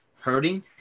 hurting